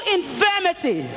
infirmity